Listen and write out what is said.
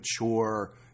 mature